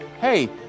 hey